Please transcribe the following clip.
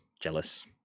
Jealous